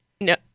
No